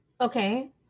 okay